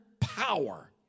power